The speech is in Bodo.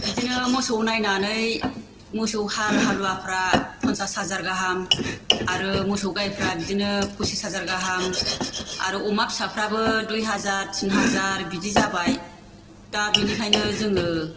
बिदिनो मोसौ नायनानै मोसौ हाल हालुवाफ्रा पनचास हाजार गाहाम आरो मोसौ गायफ्रा बिदिनो पसिच हाजार गाहाम आरो अमा फिसाफ्राबो दुइ हाजार टिन हाजार बिदि जाबाय दा बिनिखायनो जोङो